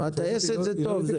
הטייסת זה טוב,